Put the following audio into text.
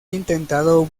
intentado